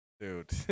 Dude